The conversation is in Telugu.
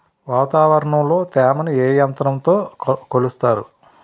వాతావరణంలో తేమని ఏ యంత్రంతో కొలుస్తారు?